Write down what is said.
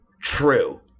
true